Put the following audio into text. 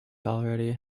already